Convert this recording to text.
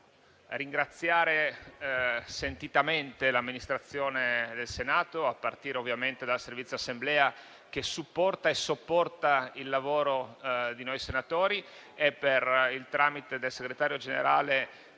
ringraziare sentitamente l'Amministrazione del Senato, a partire dal Servizio dell'Assemblea, che supporta e sopporta il lavoro di noi senatori. Per il tramite del Segretario generale,